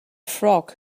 frog